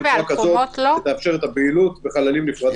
בצורה כזאת שתאפשר את הפעילות בחללים נפרדים